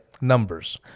numbers